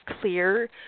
clear